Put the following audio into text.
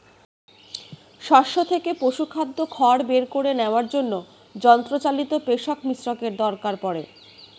শস্য থেকে পশুখাদ্য খড় বের করে নেওয়ার জন্য যন্ত্রচালিত পেষক মিশ্রকের দরকার পড়ে